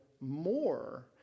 more